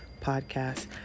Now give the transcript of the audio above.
podcast